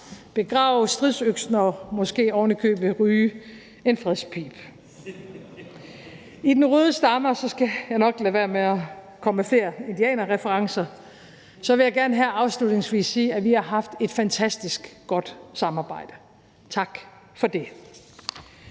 begrave stridsøksen og måske ovenikøbet ryge en fredspibe. Til den røde stamme – og så skal jeg nok lade være med at komme med flere indianerreferencer – vil jeg gerne her afslutningsvis sige, at vi har haft et fantastisk godt samarbejde. Tak for det.